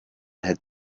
had